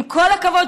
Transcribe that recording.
עם כל הכבוד,